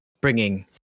bringing